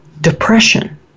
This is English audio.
depression